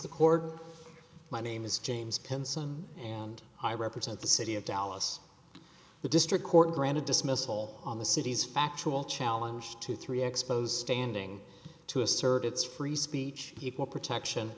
accord my name is james hansen and i represent the city of dallas the district court granted dismissal on the city's factual challenge to three expos standing to assert its free speech equal protection